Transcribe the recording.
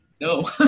no